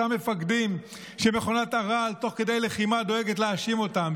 אותם מפקדים שמכונת הרעל תוך כדי לחימה דואגת להאשים אותם,